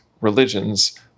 religions